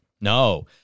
No